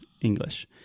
English